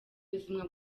buzima